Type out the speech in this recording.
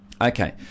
okay